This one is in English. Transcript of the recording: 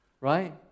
right